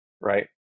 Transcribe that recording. Right